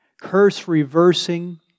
curse-reversing